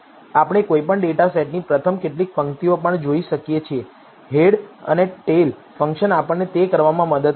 આપણે કોઈપણ ડેટા સેટની પ્રથમ કેટલીક પંક્તિઓ પણ જોઈ શકીએ છીએ હેડ અને ટેઇલ ફંક્શન્સ આપણને તે કરવામાં મદદ કરશે